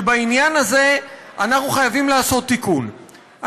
שבעניין הזה אנחנו חייבים לעשות תיקון,